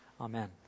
Amen